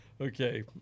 Okay